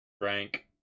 Frank